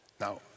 Now